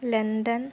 London